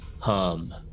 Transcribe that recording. hum